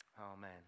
amen